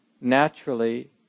naturally